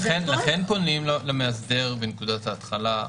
לכן פונים למאסדר בנקודת ההתחלה.